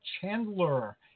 Chandler